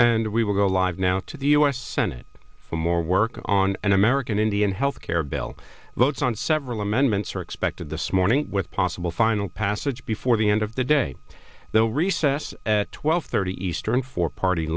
and we will go live now to the u s senate for more work on an american indian health care bill votes on several amendments are expected this morning with possible final passage before the end of the day they will recess at twelve thirty eastern for party